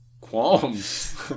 Qualms